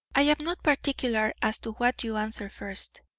i am not particular as to what you answer first.